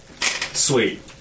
Sweet